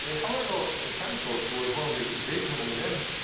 ah however, cantor, who was one of the greatest among them,